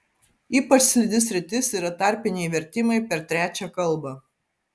ypač slidi sritis yra tarpiniai vertimai per trečią kalbą